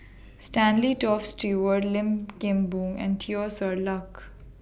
Stanley Toft Stewart Lim Kim Boon and Teo Ser Luck